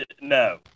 No